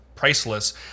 Priceless